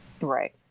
Right